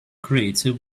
creative